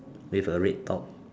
with a red top